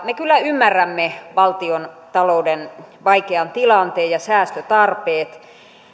me kyllä ymmärrämme valtiontalouden vaikean tilanteen ja säästötarpeet